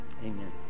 amen